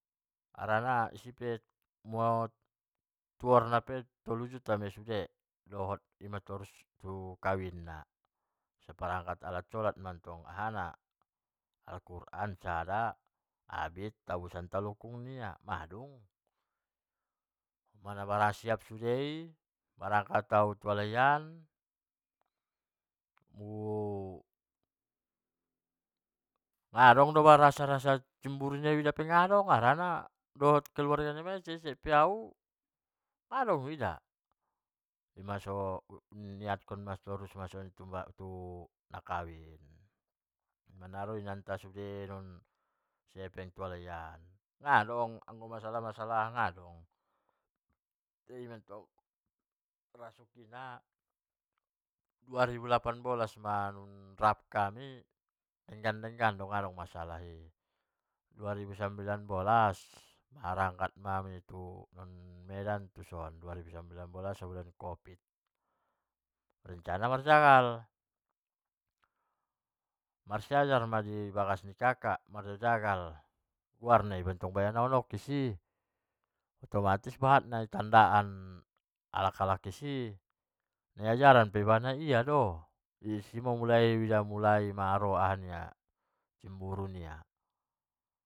Harana sude tuor na tolu juta maia sude, ima torus tu kawin na dohot perangkat solat mantong sude, al-qur'an sada, abit tabusan talokung nia, madung, dung siap sude i kehe au berangkat tu halai an tu nadong urasa rasa-rasa cemburu nia harana dohot keluarga ni halai do au nadong huida, ima soni u niat kon sude tu nakawin ro inangta sude pataru epeng tu halai an anggo masalah-masalah adong. intina dua ribu lapan bolas ma rap hami, denggan-denggan nadong masalah i, dua ribu lapan bolas berangkat hami tu medan, dua ribu sambilan bolas adong covid, rencana marjagal marsiajar ma i bagas ni kakak, guarna pe baya mahok disi otomatis mabahat na di tandan alak-alak isi, nai ajaran ia do, disi ma ulai u ida ro aha nia, boru nia.